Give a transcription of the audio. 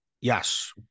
Yes